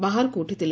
ବାହାରକୁ ଉଠିଥିଲେ